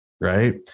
right